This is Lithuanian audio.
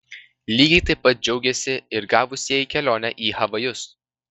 lygiai taip pat džiaugėsi ir gavusieji kelionę į havajus